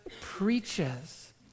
preaches